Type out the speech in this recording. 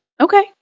Okay